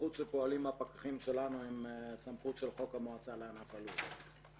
הסמכות שפועלים הפקחים שלנו היא סמכות לפי חוק המועצה לענף הלול.